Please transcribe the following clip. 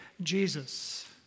Jesus